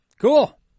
Cool